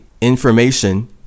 information